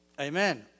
Amen